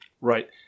Right